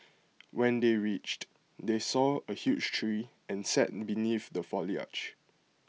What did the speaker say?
when they reached they saw A huge tree and sat beneath the foliage